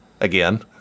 Again